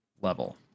level